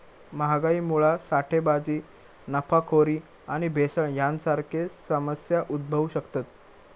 महागाईमुळा साठेबाजी, नफाखोरी आणि भेसळ यांसारखे समस्या उद्भवु शकतत